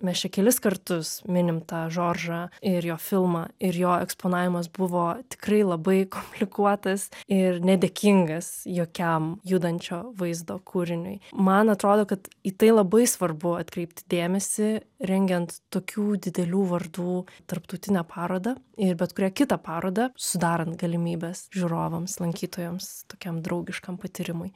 mes čia kelis kartus minime tą žoržą ir jo filmą ir jo eksponavimas buvo tikrai labai komplikuotas ir nedėkingas jokiam judančio vaizdo kūriniui man atrodo kad į tai labai svarbu atkreipti dėmesį rengiant tokių didelių vardų tarptautinę parodą ir bet kurią kitą parodą sudarant galimybes žiūrovams lankytojams tokiam draugiškam patyrimui